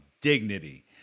dignity